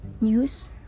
News